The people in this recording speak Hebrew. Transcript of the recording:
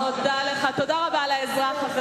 מודה לך, תודה רבה על העזרה.